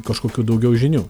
kažkokių daugiau žinių